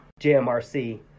JMRC